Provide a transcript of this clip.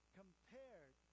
compared